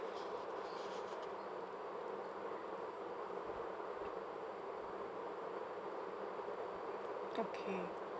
okay